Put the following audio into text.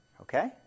Okay